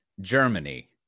Germany